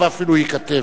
ואפילו ייכתב,